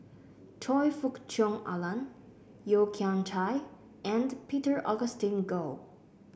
Choe Fook Cheong Alan Yeo Kian Chye and Peter Augustine Goh